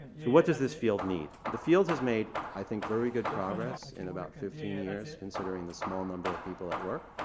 so what does this field need? the field has made i think very good progress in about fifteen years considering the small number of people at work.